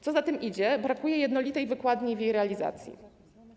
Co za tym idzie, brakuje jednolitej wykładni dotyczącej jej realizacji.